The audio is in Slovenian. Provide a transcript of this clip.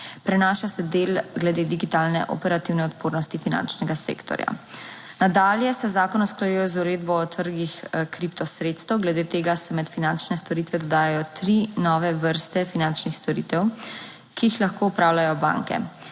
Prenaša se del glede digitalne operativne odpornosti finančnega sektorja. Nadalje se zakon usklajuje z uredbo o trgih kripto sredstev. Glede tega se med finančne storitve dodajajo tri nove vrste finančnih storitev, ki jih lahko opravljajo banke,